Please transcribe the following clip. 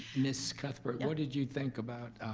miss cuthbert, what did you think about